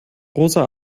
rosa